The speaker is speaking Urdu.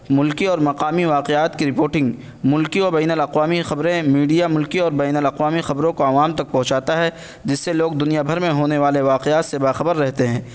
ملکی اور مقامی واقعات کی رپوٹنگ ملکی اور بین الاقوامی خبریں میڈیا ملکی اور بین الاقوامی خبروں کو عوام تک پہنچاتا ہے جس سے لوگ دنیا بھر میں ہونے والے واقعات سے باخبر رہتے ہیں